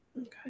Okay